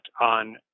on